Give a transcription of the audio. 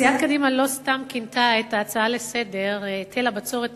סיעת קדימה לא סתם כינתה את ההצעה לסדר-היום במלים: היטל הבצורת,